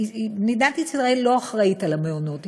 מדינת ישראל לא אחראית למעונות,